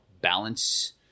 balance